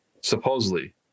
supposedly